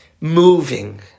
moving